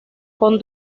con